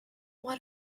what